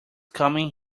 coming